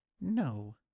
No